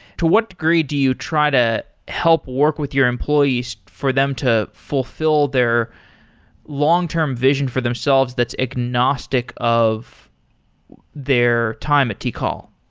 to what degree do you try to help work with your employees for them to fulfill their long-term vision for themselves that's agnostic of their time at tikal?